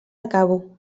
acabo